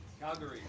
Calgary